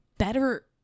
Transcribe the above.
Better